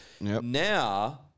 Now